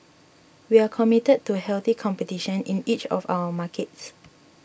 we are committed to healthy competition in each of our markets